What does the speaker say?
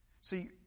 See